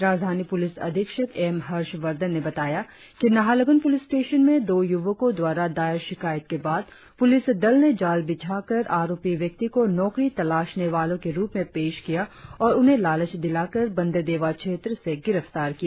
राजधानी पुलिस अधीक्षक एम हर्ष वर्धन ने बताया कि नाहरलगुन पुलिस स्टेशन में दो युवको द्वारा दायर शिकायत के बाद पुलिस दल ने जाल बिछाकर आरोपी व्यक्ति को नौकरी तलाशनें वालो के रुप में पेश किया और उन्हें लालच दिलाकर बंदरदेवा क्षेत्र से गिरफ्तार किया